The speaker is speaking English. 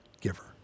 giver